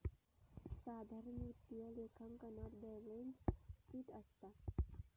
साधारण वित्तीय लेखांकनात बॅलेंस शीट असता